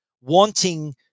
wanting